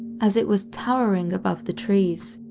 as it was towering above the trees.